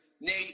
Nate